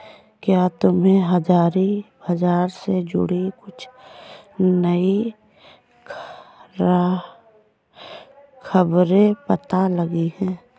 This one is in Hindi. क्या तुम्हें हाजिर बाजार से जुड़ी कुछ नई खबरें पता लगी हैं?